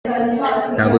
ntabwo